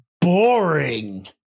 boring